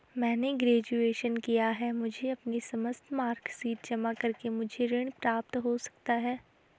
मैंने ग्रेजुएशन किया है मुझे अपनी समस्त मार्कशीट जमा करके मुझे ऋण प्राप्त हो सकता है?